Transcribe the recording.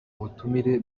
butumire